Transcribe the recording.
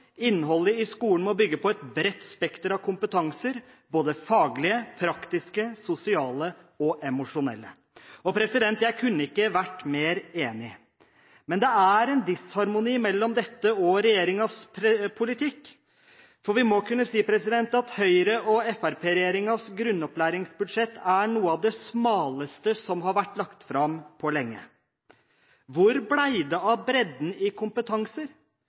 Innholdet i skolen må bygge på et bredt spekter av kompetanser, både faglige, praktiske, sosiale og emosjonelle. Jeg kunne ikke ha vært mer enig. Men det er en disharmoni mellom dette og regjeringens politikk. For vi må kunne si at Høyre–Fremskrittsparti-regjeringens grunnopplæringsbudsjett er noe av det smaleste som har vært lagt fram på lenge. Hvor ble det av bredden i